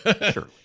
Sure